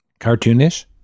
cartoonish